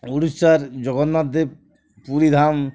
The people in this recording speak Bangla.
উড়িষ্যার জগন্নাথ দেব পুরীধাম